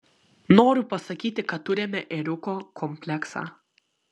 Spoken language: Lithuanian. noriu pasakyti kad turime ėriuko kompleksą